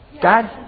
God